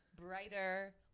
brighter